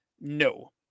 No